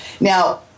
Now